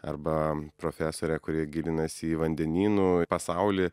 arba profesorė kuri gilinasi į vandenynų pasaulį